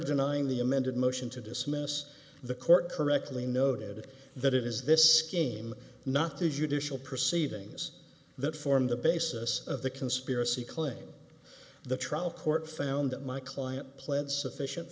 denying the amended motion to dismiss the court correctly noted that it is this scheme not the judicial proceedings that form the basis of the conspiracy claim the trial court found that my client pled sufficient